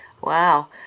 Wow